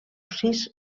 sis